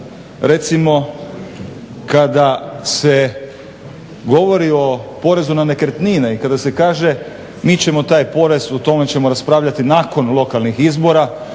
recimo kada se govori o porezu na nekretnine i kada se kaže, mi ćemo taj porez o tome ćemo raspravljati nakon lokalnih izbora